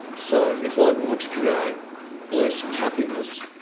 so if i want to create bliss and happiness,